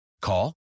Call